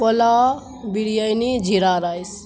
pulao biryani jeera rice